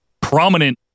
prominent